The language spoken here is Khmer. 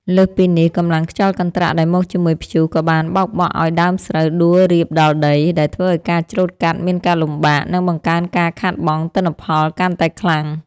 លើសពីនេះ កម្លាំងខ្យល់កន្ត្រាក់ដែលមកជាមួយព្យុះ ក៏បានបោកបក់ឱ្យដើមស្រូវដួលរាបដល់ដី ដែលធ្វើឱ្យការច្រូតកាត់មានការលំបាក និងបង្កើនការខាតបង់ទិន្នផលកាន់តែខ្លាំង។